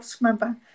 remember